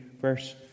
verse